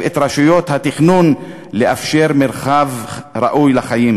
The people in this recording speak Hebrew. את רשויות התכנון לאפשר מרחב ראוי לחיים.